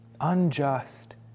unjust